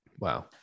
Wow